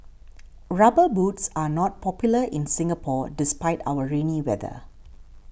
rubber boots are not popular in Singapore despite our rainy weather